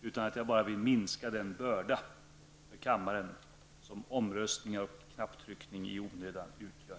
Jag vill bara minska den börda för kammaren som omröstningar och knapptryckning i onödan utgör.